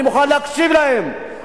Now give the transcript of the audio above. אני מוכן להקשיב להם,